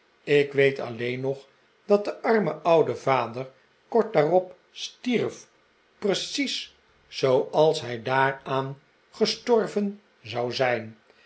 ik weet alleen nog dat de arme oude vader kort daarop stierf precies zooals hij d a a raan gestorven zou zijn